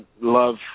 love